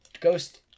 Ghost